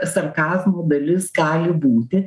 sarkazmo dalis gali būti